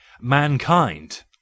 Mankind